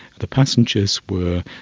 the passengers were,